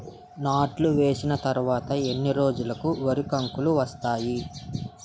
నాట్లు వేసిన తర్వాత ఎన్ని రోజులకు వరి కంకులు వస్తాయి?